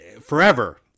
forever